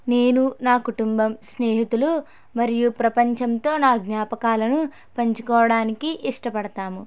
నేను నా కుటుంబం స్నేహితులు మరియు ప్రపంచంతో నా జ్ఞాపకాలను పంచుకోవటానికి ఇష్టపడతాము